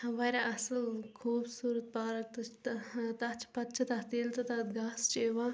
واریاہ اصٕل خوبصورت پارک تہِ چھِ تتھ پتہٕ چھِ تتھ ییٚلہِ تہِ تتھ گاسہٕ چھ یِوان